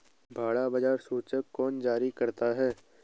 Bond बाजार सूचकांक कौन जारी करता है?